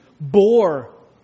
bore